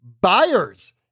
buyers